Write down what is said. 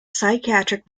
psychiatric